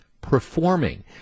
performing